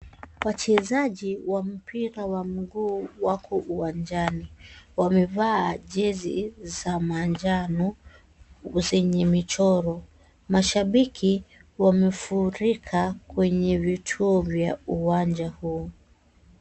Wachezaji wa mpira wa mguu wako uwanjani. Wamevaa jezi za manjano, zenye michoro. Mashabiki wamefurika kwenye vituo vya uwanja huu.